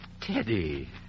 Teddy